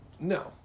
No